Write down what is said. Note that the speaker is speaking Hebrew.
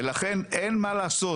ולכן אין מה לעשות,